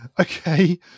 Okay